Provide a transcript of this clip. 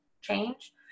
change